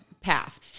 path